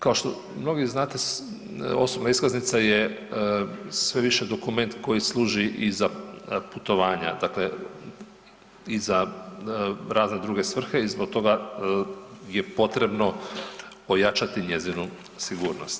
Kao što mnogi znate osobna iskaznica je sve više dokument koji služi i za putovanja, dakle i za razne druge svrhe i zbog toga je potrebno pojačati njezinu sigurnost.